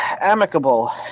amicable